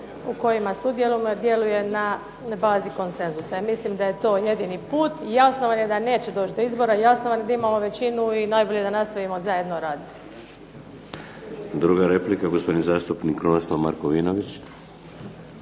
mikrofona, ne razumije se./… djeluje na bazi konsenzusa, i mislim da je to jedini put. Jasno vam je da neće doći do izbora, jasno vam je da imamo većinu i najbolje da nastavimo zajedno raditi. **Šeks, Vladimir (HDZ)** Druga replika, gospodin zastupnik Krunoslav Markovinović.